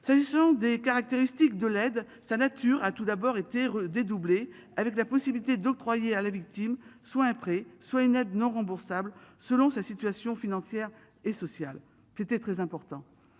Ce sont des caractéristiques de l'aide sa nature a tout d'abord été dédoublé avec la possibilité d'octroyer à la victime soit un prêt soit une aide non remboursable selon sa situation financière et sociale qui était très important.